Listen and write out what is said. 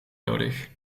nodig